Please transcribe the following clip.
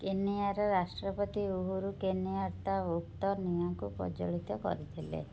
କେନିୟାର ରାଷ୍ଟ୍ରପତି Uhuru Kenyatta ଉକ୍ତ ନିଆଁକୁ ପ୍ରଜ୍ଜ୍ୱଳିତ କରିଥିଲେ